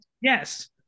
Yes